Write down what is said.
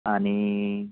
आणि